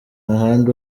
ahandi